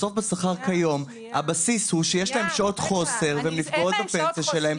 בסוף בשכר כיום יש להן שעות חוסר והן נפגעות בפנסיה שלהן.